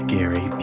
Gary